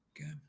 okay